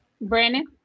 Brandon